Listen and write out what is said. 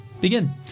begin